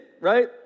right